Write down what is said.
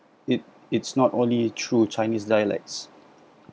it it's not only through chinese dialects